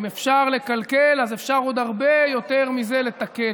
אם אפשר לקלקל אז אפשר עוד הרבה יותר מזה לתקן,